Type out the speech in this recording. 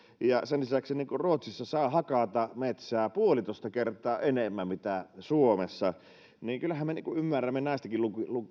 ja sen lisäksi ruotsissa saa hakata metsää puolitoista kertaa enemmän kuin suomessa kyllähän me ymmärrämme näistäkin